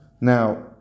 Now